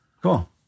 cool